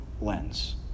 lens